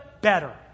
better